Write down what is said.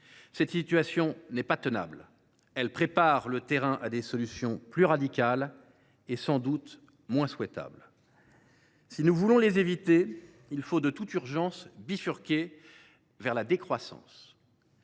Cette situation, intenable, prépare le terrain à des solutions plus radicales et, sans doute, moins souhaitables. Pour les éviter, il faut, de toute urgence, bifurquer vers la décroissance.